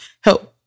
help